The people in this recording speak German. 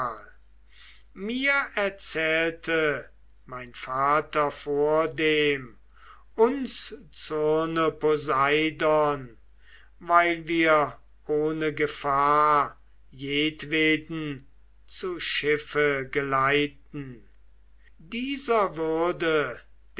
mir erzählte mein vater vordem uns zürne poseidon weil wir ohne gefahr jedweden zu schiffe geleiten dieser würde